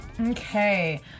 Okay